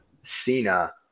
Cena